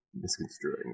misconstruing